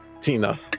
Tina